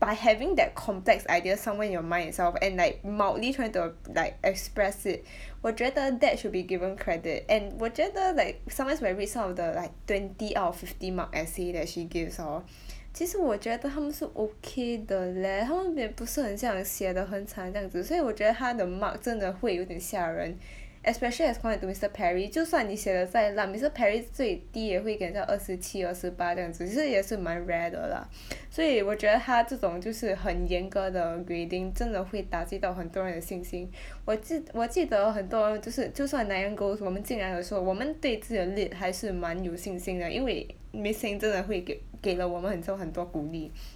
by having that context idea somewhere in your mind itself and like mildly trying to err like express it 我觉得 that should be given credit and 我觉得 like sometimes when I read some of the like twenty out of fifty mark essay that she gives hor 其实我觉得他们是 okay 的 leh 他们也不是很像写的很惨这样子所以我觉得她的 mark 真的会有点吓人 especially as compared to mister Perry 就算你写的再烂 mister Perry 最低也会给很像二十七二十八这样子只是也是蛮 rare 的啦 所以我觉得她这种就是很严格的 grading 真的会打击到很多人的信心 我记我记得很多就是就算 goals 我们进来的时候我们对自己的 lit 还是蛮有信心的因为 miss heng 真的会给给了我们很多很多鼓励